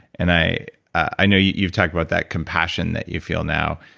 and i i know you've talked about that compassion that you feel now,